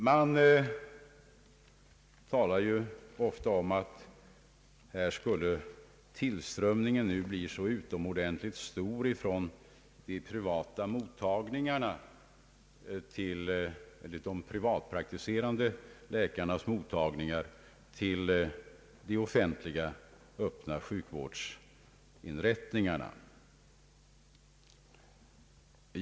Det talas ju ofta om att tillströmningen nu skulle bli utomordentligt stor från de privatpraktiserande läkarnas mottagningar till de offentliga öppna sjukvårdsinrättningarna.